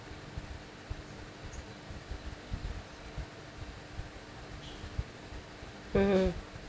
mmhmm